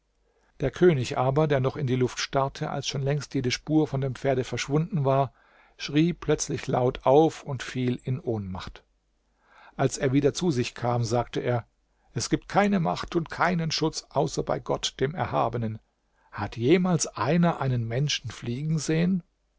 der könig aber der noch in die luft starrte als schon längst jede spur von dem pferde verschwunden war schrie plötzlich laut auf und fiel in ohnmacht als er wieder zu sich kam sagte er es gibt keine macht und keinen schutz außer bei gott dem erhabenen hat jemals einer einen menschen fliegen sehen